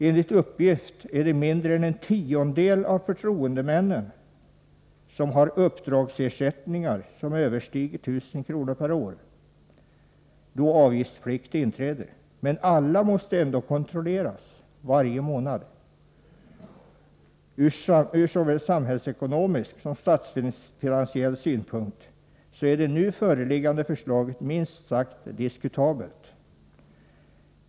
Enligt uppgift har mindre än en tiondel av förtroendemännen uppdragsersättningar, som överstiger 1000 kr. per år då avgiftsplikt inträder. Men alla måste ändå kontrolleras varje månad. Från såväl samhällekonomisk som statsfinansiell synpunkt är det nu föreliggande förslaget minst sagt diskutabelt.